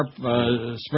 sharp